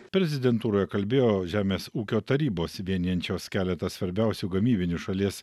prezidentūroje kalbėjo žemės ūkio tarybos vienijančios keletą svarbiausių gamybinių šalies